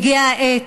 הגיעה העת.